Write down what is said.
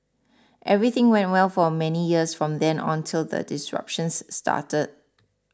everything went well for many years from then on till the disruptions started